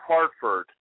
Hartford